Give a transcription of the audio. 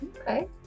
Okay